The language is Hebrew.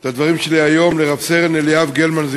את הדברים שלי היום לרב-סרן אליאב גלמן,